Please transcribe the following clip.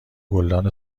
گلدان